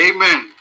Amen